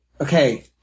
okay